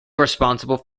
responsible